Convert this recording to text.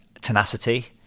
tenacity